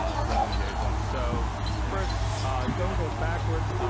ah so like um and yeah and so first don't go backwards.